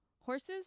Horses